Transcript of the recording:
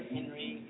Henry